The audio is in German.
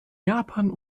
japan